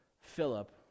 Philip